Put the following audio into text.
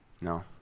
No